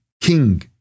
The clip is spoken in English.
King